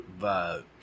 vibe